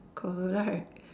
correct